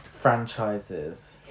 franchises